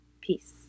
peace